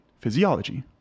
physiology